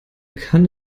kann